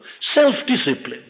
self-discipline